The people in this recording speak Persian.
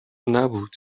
نبود